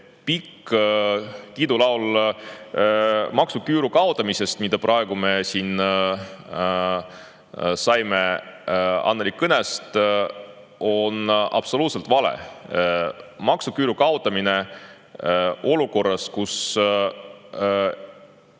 pikk kiidulaul maksuküüru kaotamisest, mida me siin Annely kõnest kuulsime, on absoluutselt vale. Maksuküüru kaotamine olukorras, kus